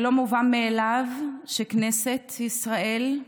זה לא מובן מאליו שכנסת ישראל,